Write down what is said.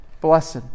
blessed